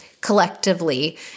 collectively